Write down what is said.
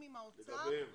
לגביהם?